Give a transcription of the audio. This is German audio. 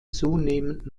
zunehmend